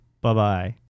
Bye-bye